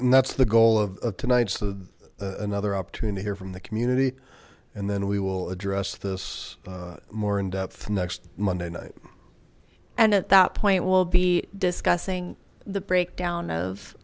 and that's the goal of tonight's of another opportunity to hear from the community and then we will address this more in depth next monday night and at that point we'll be discussing the breakdown of